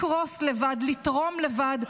לקרוס לבד, לתרום לבד.